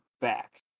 back